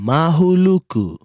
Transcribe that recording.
Mahuluku